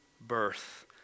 birth